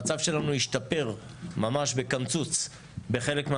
המצב שלנו השתפר ממש בקמצוץ בחלק .